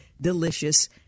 delicious